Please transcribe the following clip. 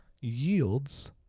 yields